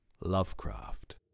Lovecraft